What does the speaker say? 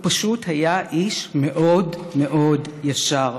הוא פשוט היה איש מאוד מאוד ישר,